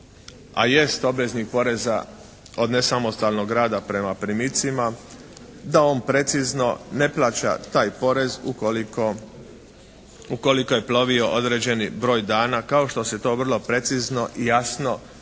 a jest obveznik poreza od nesamostalnog rada prema primicima da on precizno ne plaća taj porez ukoliko je plovio određeni broj dana, kao što se to vrlo precizno i jasno